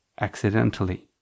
accidentally